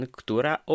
która